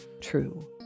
true